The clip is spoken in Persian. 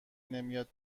نمیاد